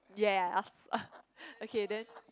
yes okay then